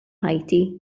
ħajti